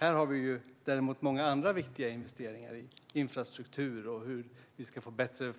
Vi har däremot många andra viktiga investeringar i infrastruktur för att vi ska få bättre